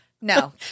no